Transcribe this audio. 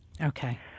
Okay